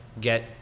Get